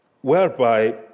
whereby